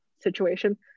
situation